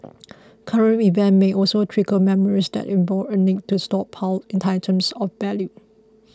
current events may also trigger memories that involve a need to stockpile items of value